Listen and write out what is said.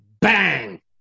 bang